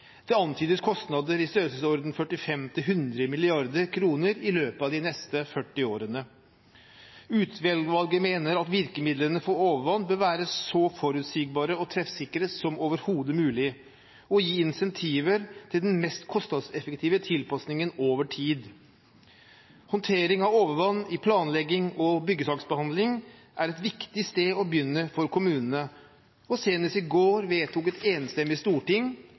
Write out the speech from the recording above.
Det antydes kostnader i størrelsesordenen 45–100 mrd. kr i løpet av de neste 40 årene. Utvalget mener at virkemidlene for overvann bør være så forutsigbare og treffsikre som overhodet mulig og gi incentiver til den mest kostnadseffektive tilpasningen over tid. Håndtering av overvann i planlegging og byggesaksbehandling er et viktig sted å begynne for kommunene, og senest i går vedtok et enstemmig storting